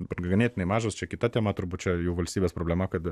bet ganėtinai mažos čia kita tema turbūt čia jau valstybės problema kad